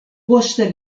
poste